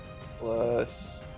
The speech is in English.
plus